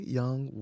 young